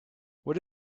what